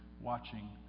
watching